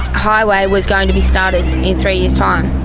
highway was going to be started in three years' time.